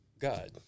god